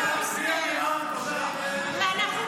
כולנו עם ישראל, ואנחנו נעביר.